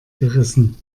gerissen